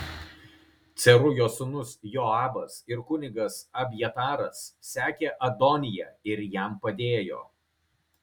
cerujos sūnus joabas ir kunigas abjataras sekė adoniją ir jam padėjo